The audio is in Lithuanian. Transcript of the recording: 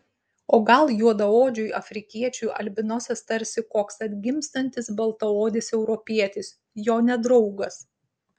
o gal juodaodžiui afrikiečiui albinosas tarsi koks atgimstantis baltaodis europietis jo nedraugas